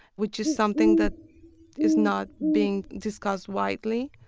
which is something that is not being discussed widely.